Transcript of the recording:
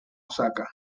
osaka